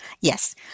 Yes